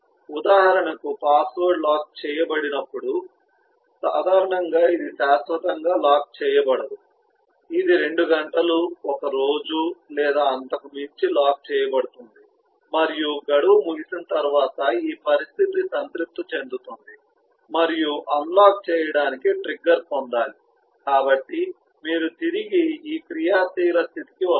ఉదాహరణకు password lock చేయబడినప్పుడు సాధారణంగా ఇది శాశ్వతంగా లాక్ చేయబడదు ఇది రెండు గంటలు ఒక రోజు లేదా అంతకు మించి లాక్ చేయబడుతుంది మరియు గడువు ముగిసిన తర్వాత ఈ పరిస్థితి సంతృప్తి చెందుతుంది మరియు అన్లాక్ చేయడానికి ట్రిగ్గర్ పొందాలి కాబట్టి మీరు తిరిగి ఈ క్రియాశీల స్థితికి వస్తారు